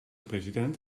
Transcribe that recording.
president